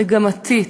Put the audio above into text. מגמתית,